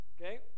okay